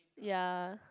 ya